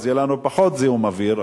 אז יהיה לנו פחות זיהום אוויר.